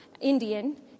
Indian